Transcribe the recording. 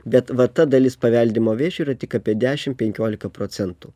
bet va ta dalis paveldimo vėžio yra tik apie dešim penkiolika procentų